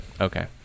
Okay